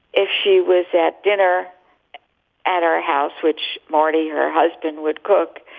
if she was at dinner at our house, which marty her husband would cook,